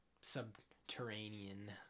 subterranean